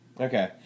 Okay